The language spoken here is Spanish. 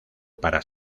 para